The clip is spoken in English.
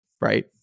right